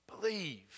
believe